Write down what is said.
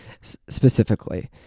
specifically